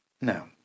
Now